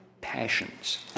passions